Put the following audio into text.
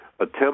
attempt